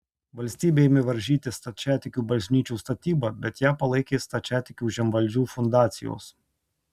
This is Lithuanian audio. valstybė ėmė varžyti stačiatikių bažnyčių statybą bet ją palaikė stačiatikių žemvaldžių fundacijos